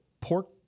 pork